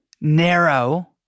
narrow